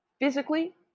physically